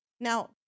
Now